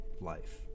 life